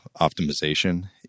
optimization